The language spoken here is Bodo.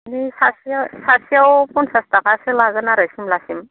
बिदिनो सासेआव सासेआव फानचास थाखासो लागोन आरो सिमलासिम